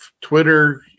twitter